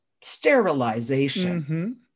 sterilization